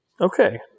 Okay